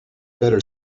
better